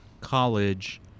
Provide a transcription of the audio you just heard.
college